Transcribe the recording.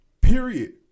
period